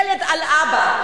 ילד על אבא.